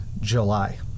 July